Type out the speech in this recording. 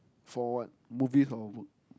for what movies or book